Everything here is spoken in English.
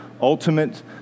ultimate